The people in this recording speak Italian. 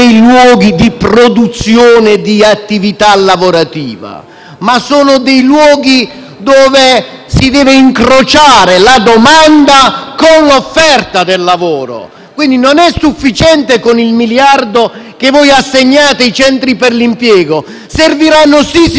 ma sono luoghi dove si deve incrociare la domanda con l'offerta di lavoro, quindi non è sufficiente il miliardo che voi assegnate ai centri per l'impiego. Quelle risorse serviranno sicuramente per efficientare un sistema che non